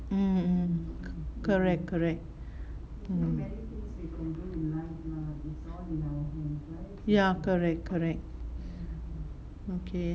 mm mm correct correct mm ya correct correct okay